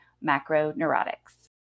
Macro-Neurotics